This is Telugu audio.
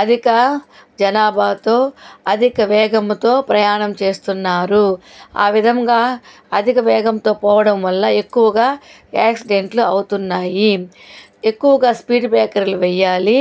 అధిక జనాభాతో అధిక వేగముతో ప్రయాణం చేస్తున్నారు ఆ విధంగా అధిక వేగంతో పోవడం వల్ల ఎక్కువగా యాక్సిడెంట్లు అవుతున్నాయి ఎక్కువగా స్పీడ్ బ్రేకర్లు వెయ్యాలి